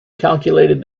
calculated